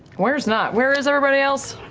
where's nott? where is everybody else?